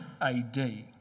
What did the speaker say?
AD